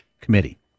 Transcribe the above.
committee